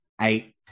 eight